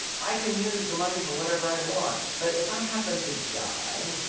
i can use the money for whatever i want. but if i happen to die,